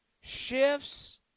shifts